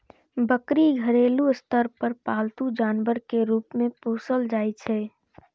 बकरी घरेलू स्तर पर पालतू जानवर के रूप मे पोसल जाइ छै